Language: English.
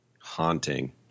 haunting